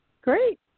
Great